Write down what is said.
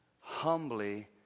humbly